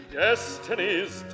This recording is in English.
destiny's